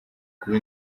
kuba